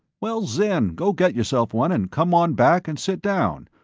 well, zen, go get yourself one and come on back and sit down.